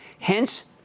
Hence